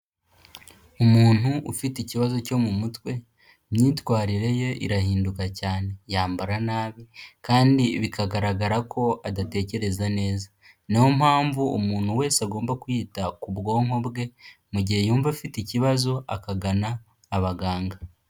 Umuntu ufite ikibazo cyo mu mutwe, imyitwarire ye irahinduka cyane, yambara nabi kandi bikagaragara ko adatekereza neza. Ni yo mpamvu umuntu wese agomba kwita ku bwonko bwe, mu gihe yumva afite ikibazo akagana abaganga.